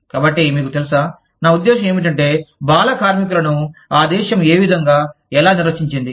కాబట్టి మీకు తెలుసా నా ఉద్దేశ్యం ఏమిటంటే బాల కార్మికులను ఆ దేశం ఏ విధంగా ఎలా నిర్వచించింది